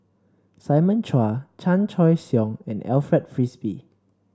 Simon Chua Chan Choy Siong and Alfred Frisby